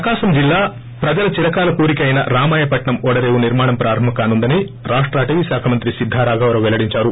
ప్రకాశం జిల్లా ప్రజల చిరకాల కోరిక రామాయపట్నం ఓడరేవు నిర్మాణం ప్రారంభం కానుందని రాష్ట అటవీ శాఖ మంత్రి శిద్దా రాఘవరావు పెల్లడిందారు